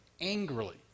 angrily